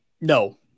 No